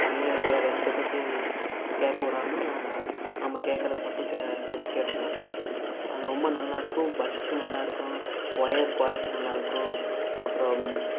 தனியாக அது வேறு எந்த சத்தத்தையும் கேட்கவிடாம நம்ம கேட்கிறதை மட்டும் கே கேட்டுக்கலாம் அது ரொம்ப நல்லா இருக்கும் பட்ஸ் நல்லா இருக்கும் ஒயர் குவாலிட்டி நல்லா இருக்கும் அப்புறோம்